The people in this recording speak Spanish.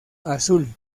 azul